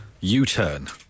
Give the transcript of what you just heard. U-turn